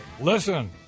Listen